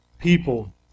people